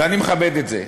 ואני מכבד את זה,